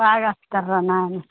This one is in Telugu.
బాగా వేస్తాడురా నాయన